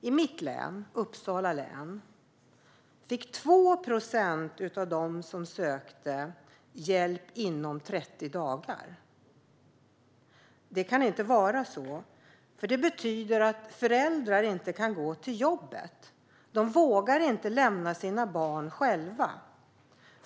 I mitt län, Uppsala län, fick 2 procent av dem som sökte hjälp inom 30 dagar. Det kan inte vara så. Det betyder att föräldrar inte kan gå till jobbet eftersom de inte vågar lämna sina barn själva.